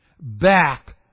back